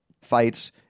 fights